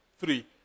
Three